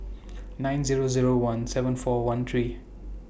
nine Zero Zero one seven four one three